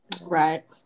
Right